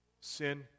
sin